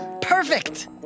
perfect